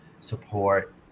support